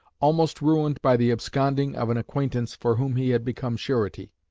almost ruined by the absconding of an acquaintance for whom he had become surety.